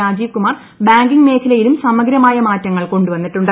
Rajiv Kumar banking മേഖലയിൽും സമഗ്രമായ മാറ്റങ്ങൾ കൊണ്ടു വന്നിട്ടുണ്ട്